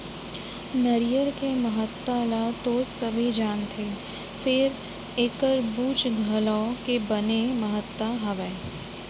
नरियर के महत्ता ल तो सबे जानथें फेर एकर बूच घलौ के बने महत्ता हावय